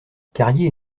carrier